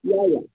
या या